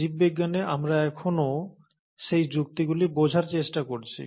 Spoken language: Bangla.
জীববিজ্ঞানে আমরা এখনও সেই যুক্তিগুলি বোঝার চেষ্টা করছি